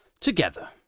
together